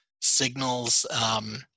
signals